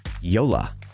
Yola